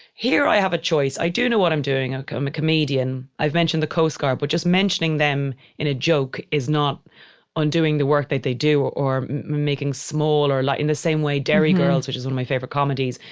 here i have a choice. i do know what i'm doing. i'm a comedian. i've mentioned the coast guard, but just mentioning them in a joke is not undoing the work that they do or making small or like in the same way derry girls, which is when my favorite comedies,